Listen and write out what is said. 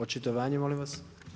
Očitovanje molim vas.